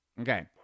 Okay